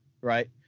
right